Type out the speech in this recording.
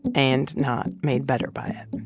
and not made better by it